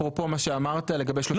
אפרופו מה שאמרת לגבי שלושה שופטים?